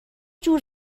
جور